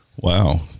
Wow